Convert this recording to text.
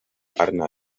arna